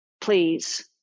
Please